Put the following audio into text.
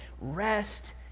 Rest